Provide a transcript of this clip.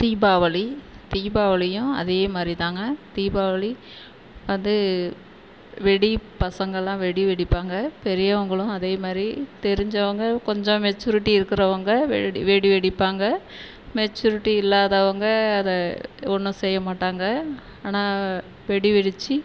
தீபாவளி தீபாவளியும் அதேமாதிரிதாங்க தீபாவளி வந்து வெடி பசங்களெலாம் வெடி வெடிப்பாங்க பெரியவர்களும் அதேமாதிரி தெரிஞ்சவங்க கொஞ்சம் மெச்சுரிட்டி இருக்கிறவங்கள் வெடி வெடி வெடிப்பாங்க மெச்சுரிட்டி இல்லாதவங்கள் அதை ஒன்றும் செய்யமாட்டாங்க ஆனால் வெடி வெடிச்சு